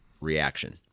reaction